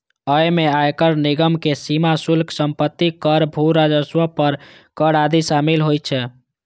अय मे आयकर, निगम कर, सीमा शुल्क, संपत्ति कर, भू राजस्व पर कर आदि शामिल होइ छै